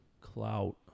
Clout